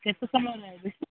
କେତେ ସମୟ